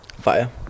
Fire